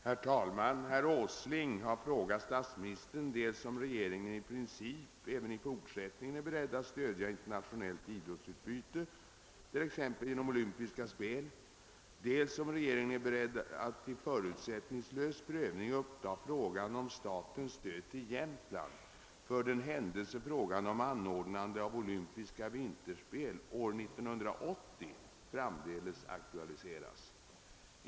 Herr talman! Herr Åsling har frågat statsministern dels "om regeringen i princip även i fortsättningen är beredd att stödja internationellt idrottsutbyte t.ex. genom olympiska spel, dels om regeringen är beredd att till förutsättningslös prövning uppta frågan om statens stöd till Jämtland för den händelse frågan om anordnande av olympiska vinterspel år 1980 framdeles aktuali Seras.